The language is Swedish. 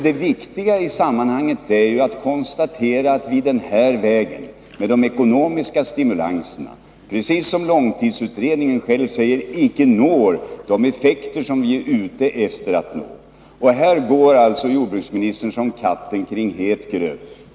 Det viktiga i sammanhanget är ju att konstatera att vi med de ekonomiska stimulanserna, precis som långtidsutredningen själv säger, icke når de effekter som vi är ute efter att nå. Här går alltså jordbruksministern som katten kring het gröt.